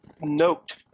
note